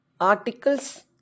articles